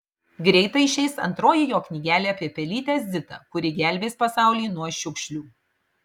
greitai išeis antroji jo knygelė apie pelytę zitą kuri gelbės pasaulį nuo šiukšlių